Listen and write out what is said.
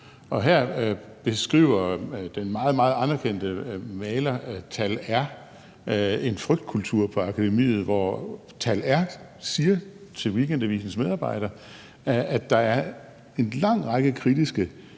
Her beskriver den meget anerkendte maler Tal R en frygtkultur på akademiet, hvor Tal R siger til Weekendavisens medarbejder, at der er en lang række kritiske